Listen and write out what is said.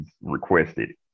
requested